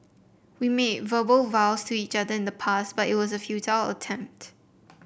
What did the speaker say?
we made verbal vows to each other in the past but it was a futile attempt